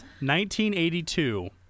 1982